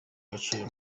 agaciro